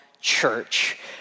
Church